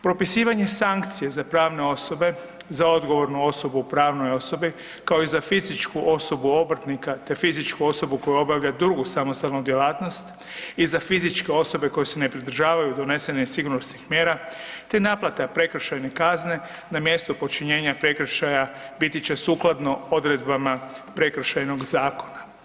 Propisivanje sankcije za pravne osobe, za odgovornu osobu u pravnoj osobi, kao i za fizičku osobu obrtnika te fizičku osobu koja obavlja drugu samostalnu djelatnost i za fizičke osobe koje se ne pridržavaju donesene sigurnosnih mjera te naplata prekršajne kazne na mjestu počinjenja prekršaja, biti će sukladno odredbama Prekršajnog zakona.